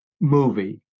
movie